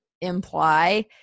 imply